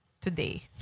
Today